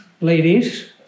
Ladies